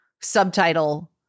subtitle